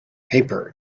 paper